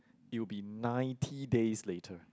it will be ninety days later